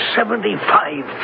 Seventy-five